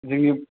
जोंनि